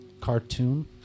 Cartoon